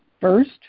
First